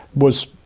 was,